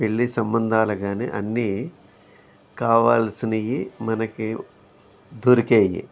పెళ్ళి సంబంధాలు కానీ అన్నీ కావాల్సినవి మనకు దొరికేవి